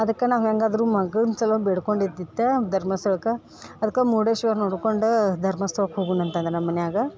ಅದಕ್ಕೆ ನಾವು ಹೆಂಗಾದರೂ ಮಗನ ಸಲುವಾಗಿ ಬೇಡ್ಕೊಂಡು ಇದ್ದಿತ್ತು ಧರ್ಮಸ್ಥಳಕ್ಕೆ ಅದಕ್ಕೆ ಮುರ್ಡೇಶ್ವರ ನೋಡ್ಕೊಂಡು ಧರ್ಮಸ್ಥಳಕ್ಕೆ ಹೋಗೋಣ ಅಂತಂದ್ರು ನಮ್ಮ ಮನೆಯಾಗ